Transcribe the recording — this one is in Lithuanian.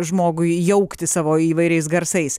žmogui jaukti savo įvairiais garsais